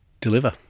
deliver